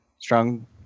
strong